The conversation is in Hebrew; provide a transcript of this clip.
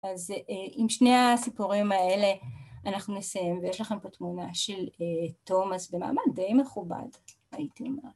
אז עם שני הסיפורים האלה אנחנו נסיים, ויש לכם פה תמונה של תומאס במעמד די מכובד, הייתי אומרת